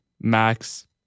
Max